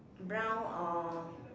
brown or